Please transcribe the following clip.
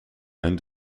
and